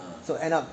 so end up